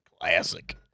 Classic